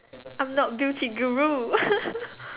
I'm not Gucci guru